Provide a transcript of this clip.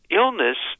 illness